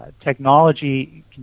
technology